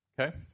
Okay